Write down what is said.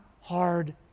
hard